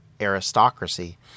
aristocracy